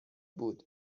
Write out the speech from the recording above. بود